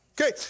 Okay